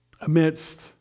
amidst